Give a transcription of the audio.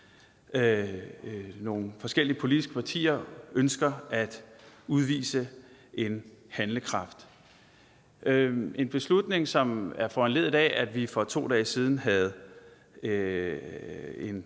nogle forskellige politiske partier ønsker at udvise handlekraft. Det er en beslutning, der er foranlediget af, at vi for 2 dage siden havde